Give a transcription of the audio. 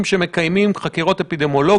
תפקדנו רק בכלי של חקירה אפידמיולוגית?